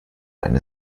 eine